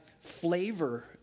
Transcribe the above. flavor